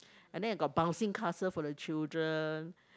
and then got bouncing castle for the children